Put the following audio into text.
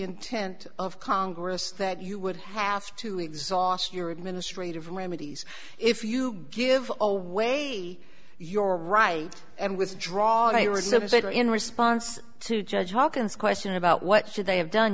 intent of congress that you would have to exhaust your administrative remedies if you give a way your right and withdraw i reciprocate or in response to judge hawkins question about what should they have done